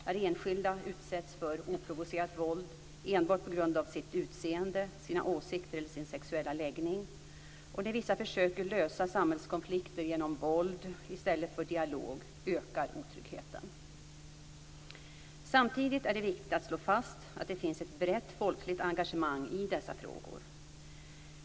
När enskilda utsätts för oprovocerat våld enbart på grund av sitt utseende, sina åsikter eller sin sexuella läggning, och när vissa försöker lösa samhällskonflikter genom våld i stället för dialog, ökar otryggheten. Samtidigt är det viktigt att slå fast att det finns ett brett folkligt engagemang i dessa frågor.